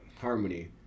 harmony